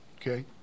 Okay